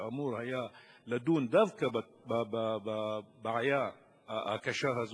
שאמור היה לדון דווקא בבעיה הקשה הזאת,